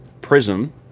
prism